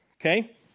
Okay